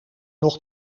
nog